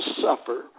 suffer